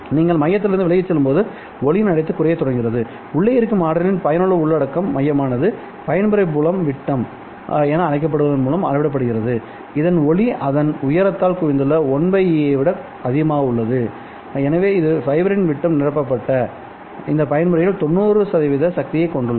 நீங்கள் மையத்திலிருந்து விலகிச் செல்லும்போது ஒளியின் அடர்த்தி குறைய தொடங்குகிறதுஉள்ளே இருக்கும் ஆற்றலின் பயனுள்ள உள்ளடக்கம் மையமானது பயன்முறை புலம் விட்டம் என அழைக்கப்படுவதன் மூலம் அளவிடப்படுகிறது இது ஒளி அதன் உயரத்தால் குவிந்துள்ள 1 E ஐ விட அதிகமாக உள்ளது எனவே இது ஃபைபரின் விட்டம் நிரப்பப்பட்ட இந்த பயன்முறையில் 90 சக்தியைக் கொண்டுள்ளது